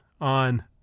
on